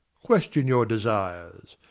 question your desires,